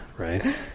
right